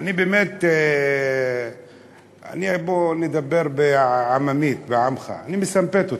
אני באמת, בוא נדבר בעממית, בעמך, אני מסמפת אותך,